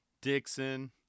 Dixon